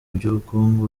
by’ubukungu